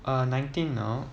uh I'm nineteen now